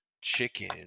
chicken